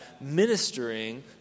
ministering